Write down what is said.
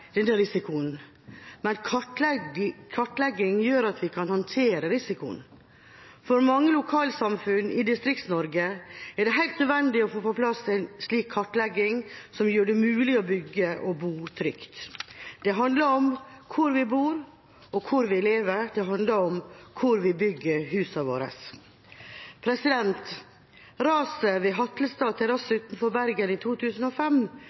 kartlegging gjør at vi kan håndtere risikoen. For mange lokalsamfunn i Distrikts-Norge er det helt nødvendig å få på plass en slik kartlegging, som gjør det mulig å bygge og bo trygt. Det handler om hvor vi bor og hvor vi lever. Det handler om hvor vi bygger husene våre. Raset ved Hatlestad terrasse utenfor Bergen i 2005